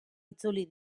itzuli